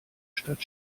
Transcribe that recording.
statt